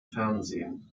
fernsehen